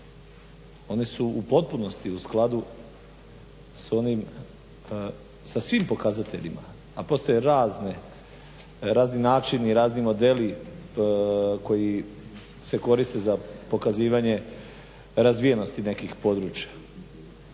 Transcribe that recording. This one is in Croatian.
oni su u potpunosti u skladu s onim, sa svim pokazateljima, a postoje razni načini, razni modeli koji se koriste za pokazivanje razvijenosti nekih područja.